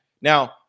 Now